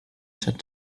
shut